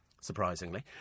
surprisingly